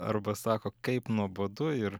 arba sako kaip nuobodu ir